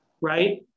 right